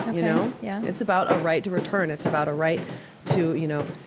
you know? yeah it's about a right to return. it's about a right to, you know,